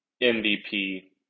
MVP